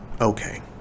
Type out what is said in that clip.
okay